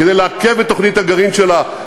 כדי לעכב את תוכנית הגרעין שלה,